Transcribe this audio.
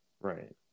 Right